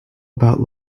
about